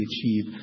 achieve